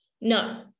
No